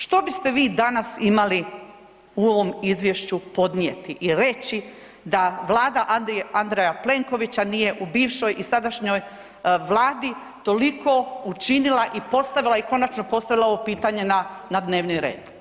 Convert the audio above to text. Što biste vi danas imali u ovom Izvješću podnijeti i reći da Vlada Andreja Plenkovića nije u bivšoj i sadašnjoj Vladi toliko učinila i postavila i konačno postavila ovo pitanje na dnevni red?